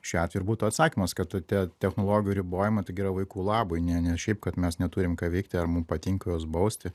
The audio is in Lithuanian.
šiuo atveju ir būtų atsakymas kad tie technologijų ribojamai taigi yra vaikų labui ne ne šiaip kad mes neturim ką veikti ar mum patinka juos bausti